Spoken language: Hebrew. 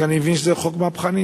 כי אני מבין שזה חוק מהפכני.